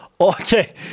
Okay